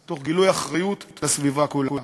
מתוך גילוי אחריות לסביבה כולה.